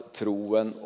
troen